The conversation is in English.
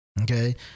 Okay